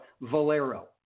Valero